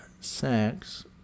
sex